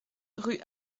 rue